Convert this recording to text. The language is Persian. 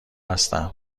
هستم